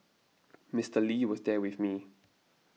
Mister Lee was there with me